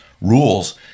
rules